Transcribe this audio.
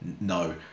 No